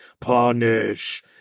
punish